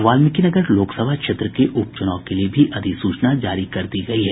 वाल्मीकी नगर लोकसभा क्षेत्र के उपचुनाव के लिए भी अधिसूचना जारी कर दी गई है